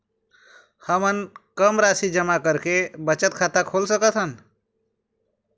हमन कम राशि जमा करके बचत खाता खोल सकथन?